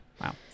Wow